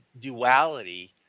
duality